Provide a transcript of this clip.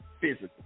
physical